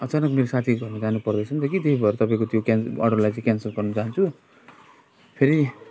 अचानक मेरो साथीको घरमा जानु पर्दैछ नि त कि त्यही भएर तपाईँको अडरलाई क्यानसल गर्न चहान्छु फेरि